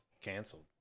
canceled